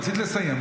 רצית לסיים,